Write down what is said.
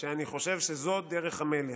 ואני חושב שזאת דרך המלך,